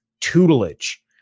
tutelage